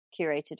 curated